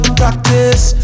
practice